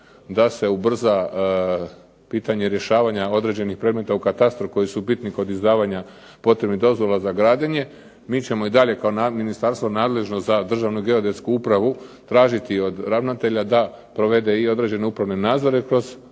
da se ubrza pitanje rješavanja određenih predmeta u Katastru koji su bitni kod izdavanja potrebnih dozvola za građenje. Mi ćemo i dalje kao ministarstvo nadležno za Državnu geodetsku upravu tražiti od ravnatelja da provede i određene upravne nadzore kroz